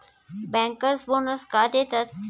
Bankers bonus का देतात?